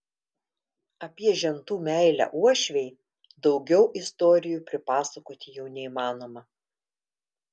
apie žentų meilę uošvei daugiau istorijų pripasakoti jau neįmanoma